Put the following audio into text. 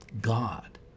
God